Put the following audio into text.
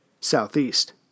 southeast